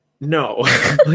no